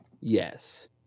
Yes